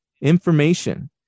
information